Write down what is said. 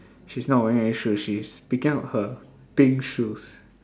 she's not wearing any shoes she's picking up her pink shoes